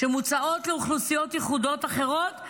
שמוצעים לאוכלוסיות ייחודיות אחרות,